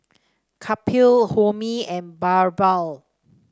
Kapil Homi and BirbaL